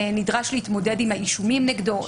נדרש להתמודד עם האישומים נגדו,